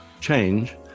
change